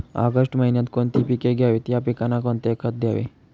August महिन्यात कोणती पिके घ्यावीत? या पिकांना कोणते खत द्यावे?